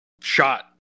shot